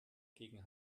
gegen